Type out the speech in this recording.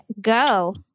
go